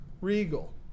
regal